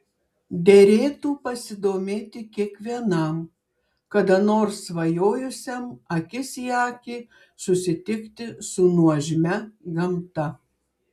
derėtų pasidomėti kiekvienam kada nors svajojusiam akis į akį susitikti su nuožmia gamta